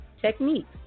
techniques